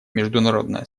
международное